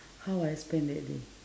how I spend that day